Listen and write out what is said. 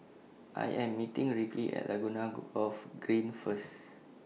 I Am meeting Ricki At Laguna Golf Green First